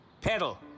Pedal